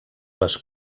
les